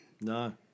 no